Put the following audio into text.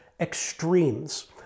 extremes